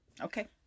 Okay